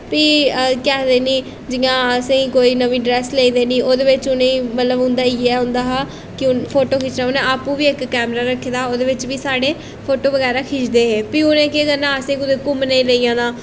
फ्ही केह् आखदे जियां असें गी कोई नमीं ड्रैस लेई देनी ओह्दे बिच्च उ'नें गी मतलब उं'दा इ'यै होंदा हा कि फोटो खिच्चने उ'नें आपूं बी इक कैमरा रक्खे दा हा ओह्दे बिच्च बी साढ़े फोटो बगैरा खिचदे हे फ्ही उ'नें केह् करना असें गी कुतै घूमने गी लेई जाना